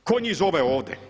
Tko njih zove ovdje?